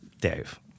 Dave